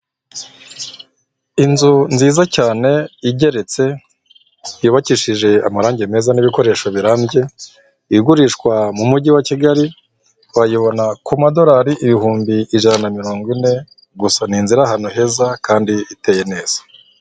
Inzu nziza cyane igeretse, yubakishije amarangi meza n'ibikoresho birambye, igurishwa mu mujyi wa Kigali, wayibona ku madorari ibihumbi ijana na mirongo ine gusa, ni inzu iri ahantu heza kandi iteye neza.